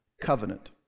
covenant